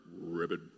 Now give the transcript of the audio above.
ribbit